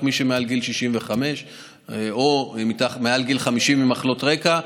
את מי שמעל גיל 65 או מעל גיל 50 עם מחלות רקע,